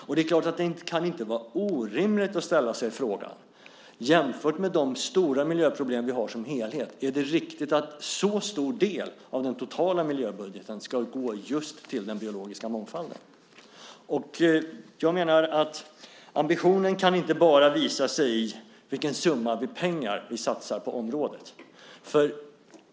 Och det är klart att det inte kan vara orimligt att ställa sig frågan, jämfört med de stora miljöproblem vi har som helhet, om det är riktigt att en så stor del av den totala miljöbudgeten ska gå just till den biologiska mångfalden. Jag menar att ambitionen inte bara kan visa sig i vilken summa pengar vi satsar på området.